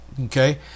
Okay